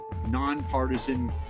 Nonpartisan